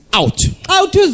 out